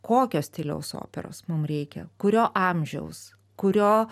kokio stiliaus operos mum reikia kurio amžiaus kurio